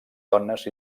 dones